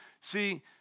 See